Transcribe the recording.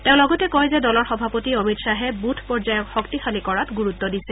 তেওঁ লগতে কয় যে দলৰ সভাপতি অমিত শ্বাহে বুথ পৰ্যায়ক শক্তিশালী কৰাত গুৰুত্ব দিছে